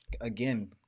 again